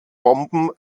bomben